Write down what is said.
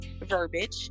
verbiage